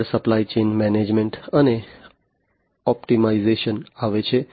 આગળ supply chain management અને optimisation આવે છે